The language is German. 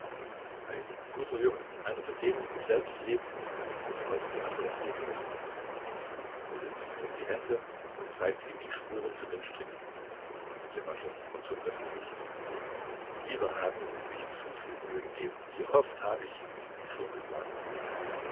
ein guter junge einer von denen die selbst leben und auch die anderen leben lassen golizyn hob die hände und zeigte ihm die spuren von den stricken ljewaschow verzog das gesicht wieder haben sie sich zu viel mühe gegeben wie oft habe ich es ihnen schon gesagt